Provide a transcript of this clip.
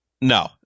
No